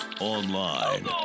online